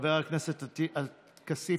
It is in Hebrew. חבר הכנסת כסיף,